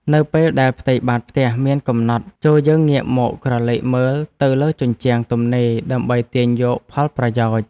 នៅពេលដែលផ្ទៃបាតផ្ទះមានកំណត់ចូរយើងងាកមកក្រឡេកមើលទៅលើជញ្ជាំងទំនេរដើម្បីទាញយកផលប្រយោជន៍។